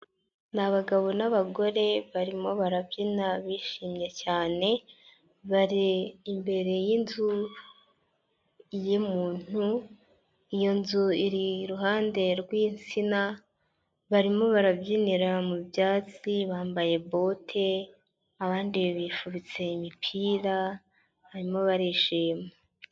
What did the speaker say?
Ni abagabo n'abagore barimo barabyina bishimye, cyane bari imbere y'inzu y'umuntu, iyo nzu iri iruhande rw'insina, barimo barabyinira mu byatsi bambaye bote, abandi bifubitse imipira hanyuma barishima.